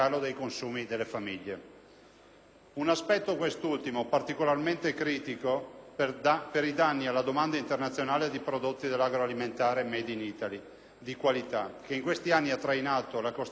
Un aspetto, quest'ultimo, particolarmente critico per i danni alla domanda internazionale di prodotti dell'agroalimentare *made in Italy* di qualità, che in questi anni ha trainato la costante crescita del nostro *export*,